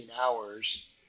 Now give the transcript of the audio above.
hours